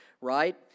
right